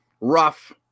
rough